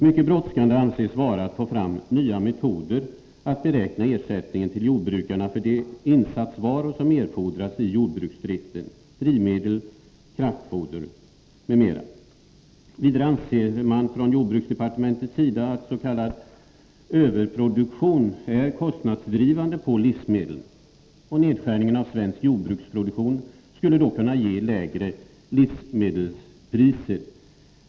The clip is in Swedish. Mycket brådskande anses vara att få fram nya metoder att beräkna ersättningen till jordbrukarna för de insatsvaror som erfordras i jordbruksdriften, drivmedel, kraftfoder m.m. Vidare anser man från jordbruksdepartementets sida att s.k. överproduktion är kostnadsdrivande när det gäller livsmedlen. Nedskärning av svensk jordbruksproduktion skulle då kunna ge lägre livsmedelspriser.